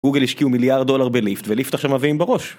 גוגל השקיעו מיליארד דולר בליפט, וליפט עכשיו מביאים בראש